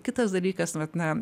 kitas dalykas vat na